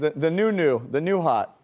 the the new new, the new hot.